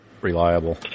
reliable